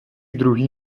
druhý